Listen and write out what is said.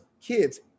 kids